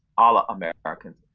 all ah americans.